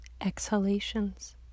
exhalations